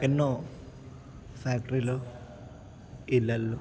ఎన్నో ఫ్యాక్టరీలు ఇళ్ళల్లో